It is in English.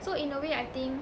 so in a way I think